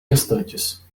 restantes